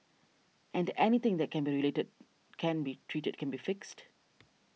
and anything that can be related can be treated can be fixed